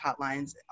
hotlines